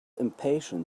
impatient